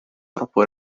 troppo